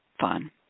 fun